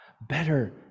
better